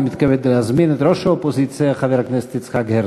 אני מתכבד להזמין את ראש האופוזיציה חבר הכנסת יצחק הרצוג.